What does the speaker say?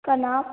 का नाम